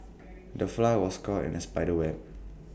the fly was caught in the spider's web